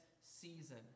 season